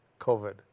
COVID